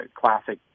classic